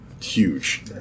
Huge